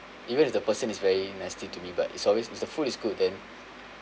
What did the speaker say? even if the person is very nasty to me but it's always is the food is good then